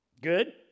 Good